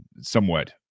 somewhat